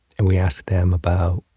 and we ask them about,